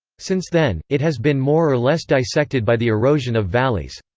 since then, it has been more or less dissected by the erosion of valleys.